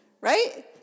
right